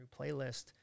Playlist